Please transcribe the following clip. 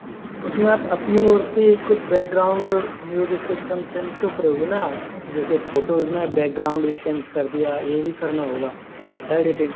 जी उसमें आप अपनी ओर से कुछ बैकग्राउंड म्यूजिक सिस्टम चेंज तो करोगे ना जैसे फोटोज़ में बैकग्राउंड भी चेंज कर दिया ये भी करना होगा एडिटिंग